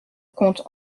compte